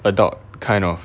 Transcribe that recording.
adult kind of